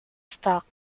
stock